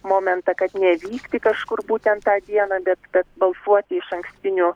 momentą kad nevykti kažkur būtent tą dieną bet bet balsuoti išankstiniu